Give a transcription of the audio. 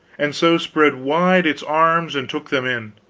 and so spread wide its arms and took them in.